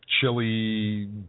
chili